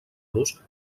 los